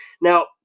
Now